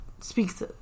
speaks